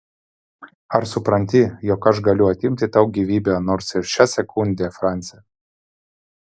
ar supranti jog aš galiu atimti tau gyvybę nors ir šią sekundę franci